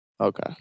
Okay